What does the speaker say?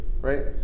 right